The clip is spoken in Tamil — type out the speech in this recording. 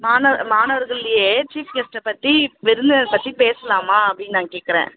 மாணவ மாணவர்களையே சீப் கெஸ்ட்டுப் பற்றி விருந்தினரை ப் பற்றி பேசலாமா அப்படின்னு நான் கேக்கிறேன்